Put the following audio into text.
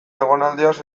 egonaldiaz